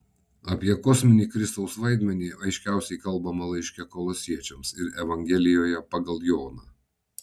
apie kosminį kristaus vaidmenį aiškiausiai kalbama laiške kolosiečiams ir evangelijoje pagal joną